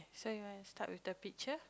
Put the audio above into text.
so you want to start with the picture